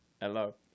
Hello